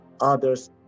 others